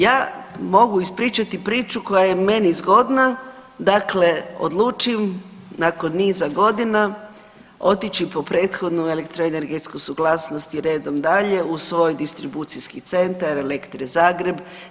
Ja mogu ispričati priču koja je meni zgodna, dakle odlučim nakon niza godina otići po prethodnu elektroenergetsku suglasnost i redom dalje u svoj distribucijski centar Elektre Zagreb.